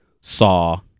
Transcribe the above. saw